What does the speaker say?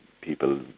people